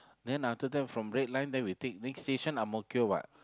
then after that from red line then we take next station Ang-Mo-Kio what